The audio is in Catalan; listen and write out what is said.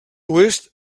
oest